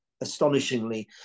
astonishingly